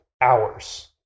hours